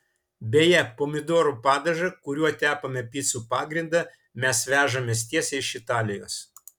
beje pomidorų padažą kuriuo tepame picų pagrindą mes vežamės tiesiai iš italijos